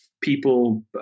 people